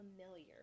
familiar